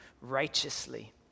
righteously